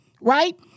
right